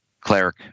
cleric